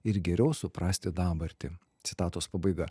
ir geriau suprasti dabartį citatos pabaiga